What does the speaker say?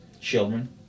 children